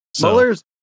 Mueller's